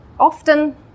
often